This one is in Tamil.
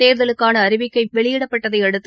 தேர்தலுக்கான அறிவிக்கை வெளியிடப்பட்டதையடுத்து